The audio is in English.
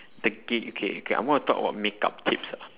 take it okay okay I'm gonna talk about makeup tips lah